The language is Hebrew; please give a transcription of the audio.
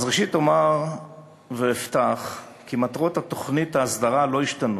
אז ראשית אפתח ואומר כי מטרות תוכנית ההסדרה לא השתנו,